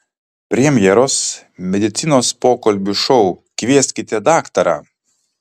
premjeros medicinos pokalbių šou kvieskite daktarą